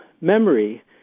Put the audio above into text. memory